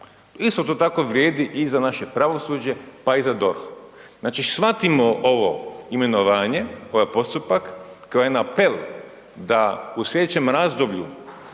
Isto to tako vrijedi i za naše pravosuđe pa i za DORH. Znači shvatimo ovo imenovanje, ovaj postupak kao jedan apel da u sljedećem razdoblju